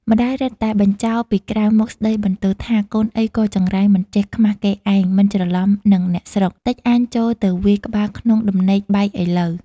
ម្ដាយរឹតតែបញ្ចោរពីក្រៅមកស្ដីបន្ទោសថា “កូនអីក៏ចង្រៃមិនចេះខ្មាស់គេឯង មិនច្រឡំនិងអ្នកស្រុក តិចអញចូលទៅវាយក្បាលក្នុងដំណេកបែកឥឡូវ។